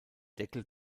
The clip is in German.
deckel